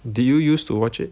did you use to watch it